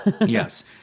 Yes